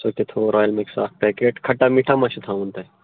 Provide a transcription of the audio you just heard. سُہ تہِ تھوٚو رۄیِل مِکٕس اَکھ پٮ۪کٹ کھٹا میٹھا ما چھُ تھاوُن تۄہہِ